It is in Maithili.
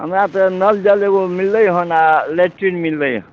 हमरा तऽ नलजल एगो मिललै हन आ लैट्रिन मिललै हन